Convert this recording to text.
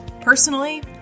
Personally